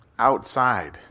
outside